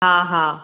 हा हा